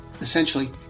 Essentially